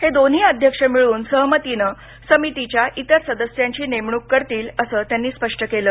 हे दोन्ही अध्यक्ष मिळून सहमतीनं समितीच्या इतर सदस्यांची नेमणूक करतील असं त्यांनी स्पष्ट केलं